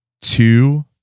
two